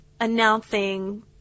announcing